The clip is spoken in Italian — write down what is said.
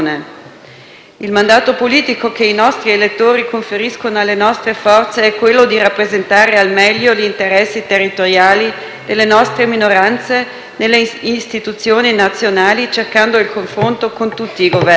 Il mandato politico che i nostri elettori conferiscono alle nostre forze è quello di rappresentare al meglio gli interessi territoriali e le nostre minoranze nelle istituzioni nazionali, cercando il confronto con tutti i Governi.